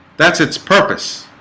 that's its purpose